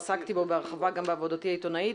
עסקתי בו בהרחבה גם בעבודתי העיתונאית.